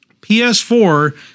PS4